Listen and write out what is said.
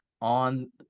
on